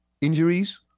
Injuries